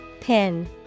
Pin